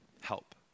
help